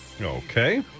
Okay